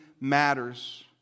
matters